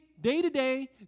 day-to-day